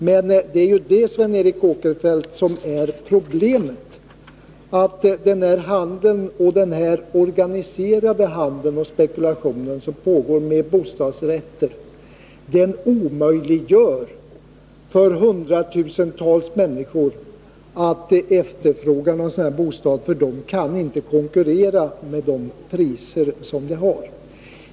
Men problemet, Sven Eric Åkerfeldt, är att denna organiserade handel och spekulation med bostadsrätter omöjliggör för hundratusentals människor att efterfråga sådana bostäder, eftersom priserna är för höga.